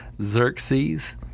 Xerxes